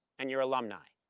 and your alumni.